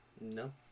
no